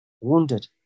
Wounded